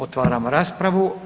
Otvaram raspravu.